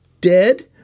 dead